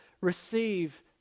receive